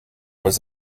was